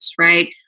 right